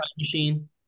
machine